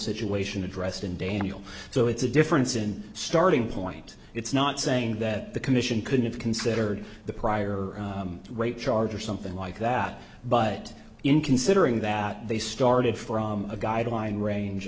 situation addressed in daniel so it's a difference in starting point it's not saying that the commission couldn't have considered the prior rape charge or something like that but in considering that they started from a guideline range